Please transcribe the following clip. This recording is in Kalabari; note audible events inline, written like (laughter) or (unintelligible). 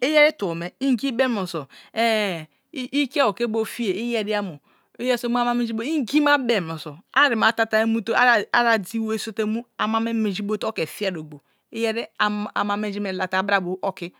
Yeri tubo, me ungi be munoso (hesitation) ikiabo ke bo fiye iyeri ya mo iyeri ya mo iyeri so mu ámá minji bo ingi ma be munoso arimat ati (unintelligible) adi wori so̱ mu ama me manji bo te oke funge oglo yeri ama murgi me la te abra bo ok,